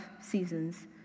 seasons